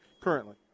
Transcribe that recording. currently